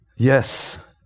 Yes